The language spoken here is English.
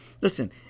listen